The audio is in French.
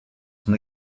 son